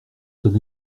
son